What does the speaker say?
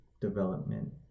development